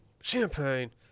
Champagne